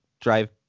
drive